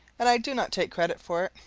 and i do not take credit for it,